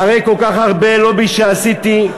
אחרי כל כך הרבה לובינג שעשיתי,